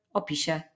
opisie